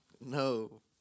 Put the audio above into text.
no